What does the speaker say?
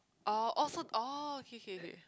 oh oh so oh K K K